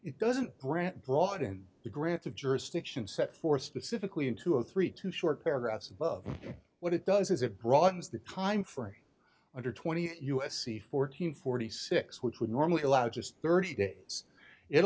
it doesn't grant broaden the grant of jurisdiction set forth specifically in two or three two short paragraphs above what it does is it broadens the timeframe under twenty u s c fourteen forty six which would normally allow just thirty days it